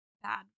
bad